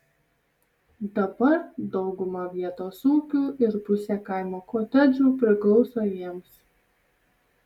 dabar dauguma vietos ūkių ir pusė kaimo kotedžų priklauso jiems